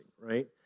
right